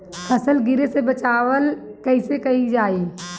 फसल गिरे से बचावा कैईसे कईल जाई?